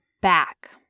back